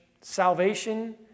salvation